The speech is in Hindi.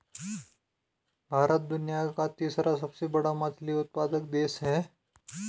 भारत दुनिया का तीसरा सबसे बड़ा मछली उत्पादक देश है